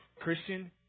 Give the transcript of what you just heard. Christian